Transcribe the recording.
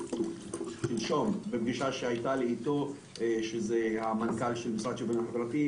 שלשום בפגישה עם מנכ"ל המשרד לשוויון חברתי,